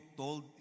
told